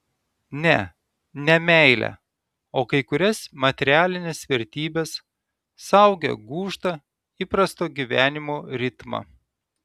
ne ne meilę o kai kurias materialines vertybes saugią gūžtą įprasto gyvenimo ritmą